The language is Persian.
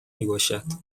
میباشد